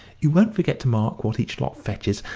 you won't forget to mark what each lot fetches,